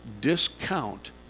discount